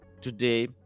today